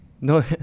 No